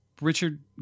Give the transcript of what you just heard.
Richard